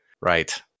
right